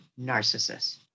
narcissist